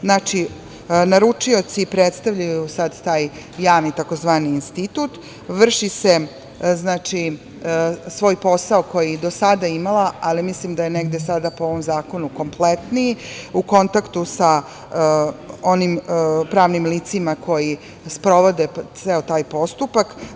Znači, naručioci predstavljaju sada taj javni tzv. institut, vrši se posao koji je do sada imala, ali mislim da je negde sada po ovom zakonu kompletniji, u kontaktu sa onim pravnim licima koji sprovode ceo taj postupak.